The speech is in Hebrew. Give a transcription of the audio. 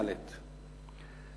ד'.